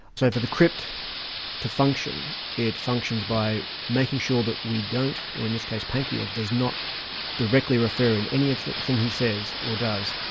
so for the crypt to function, it functions by making sure that we don't, or in this case pankejeff does not directly refer in anything he says or does,